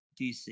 DC